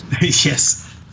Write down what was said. Yes